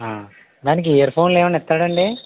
ఆ దానికి ఇయర్ఫోన్లు ఏమన్నా ఇస్తాడండి